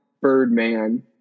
Birdman